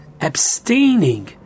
abstaining